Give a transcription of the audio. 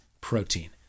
Protein